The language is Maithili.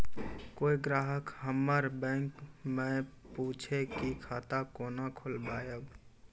कोय ग्राहक हमर बैक मैं पुछे की खाता कोना खोलायब?